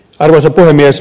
arvoisa puhemies